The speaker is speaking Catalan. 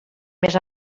més